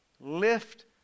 lift